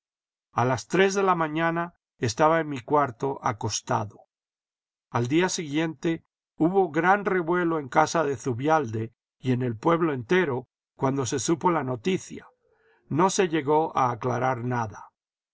a las tres de la mañana estaba en mi cuarto acostado al día siguiente hubo gran revuelo en casa de zubialde y en el pueblo entero cuando se supo la noticia no se llegó a aclarar nada